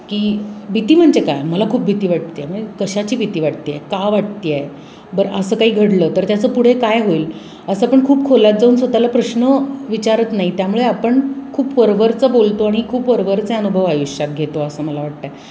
की भीती म्हणजे काय मला खूप भीती वाटते आहे म्हणजे कशाची भीती वाटते आहे का वाटते आहे बरं असं काही घडलं तर त्याचं पुढे काय होईल असं पण खूप खोलात जाऊन स्वतःला प्रश्न विचारत नाही त्यामुळे आपण खूप वरवरचं बोलतो आणि खूप वरवरचे अनुभव आयुष्यात घेतो असं मला वाटतं आहे